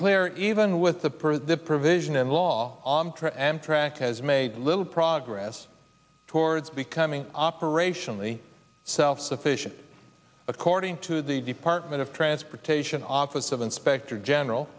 clear even with the per the provision in law on amtrak has made little progress towards becoming operationally self sufficient according to the department of transportation office of inspector general